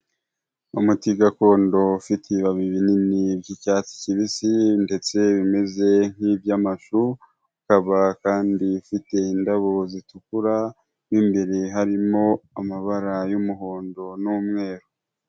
Umuti gakondo ufite ibibabi binini by'icyatsi kibisi, ndetse bimeze nki iby'amashu, ukaba kandi ifite indabo zitukura mo imbere harimo amabara y'umuhondo n'umweru.